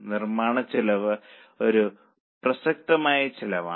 നിർമ്മാണച്ചെലവ് ഒരു പ്രസക്തമായ ചെലവാണ്